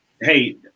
hey